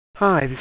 Hi